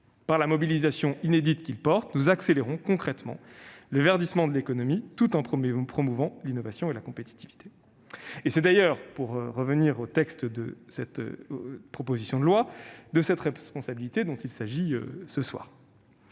Par la mobilisation inédite qu'il institue, nous accélérons concrètement le verdissement de l'économie tout en promouvant l'innovation et la compétitivité. C'est d'ailleurs, pour en revenir au texte de cette proposition de loi, de cette responsabilité qu'il s'agit ce soir.